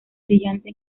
brillante